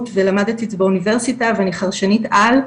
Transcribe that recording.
ולמדתי את זה באוניברסיטה ואני חרשנית-על,